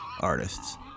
artists